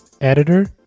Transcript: Editor